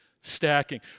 Stacking